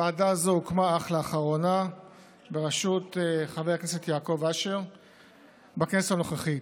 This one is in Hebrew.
ועדה זו הוקמה אך לאחרונה בראשות חבר הכנסת יעקב אשר בכנסת הנוכחית.